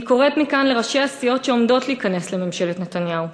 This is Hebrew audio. אני קוראת מכאן לראשי הסיעות שעומדות להיכנס לממשלת נתניהו: